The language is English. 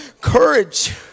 Courage